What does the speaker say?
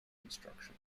construction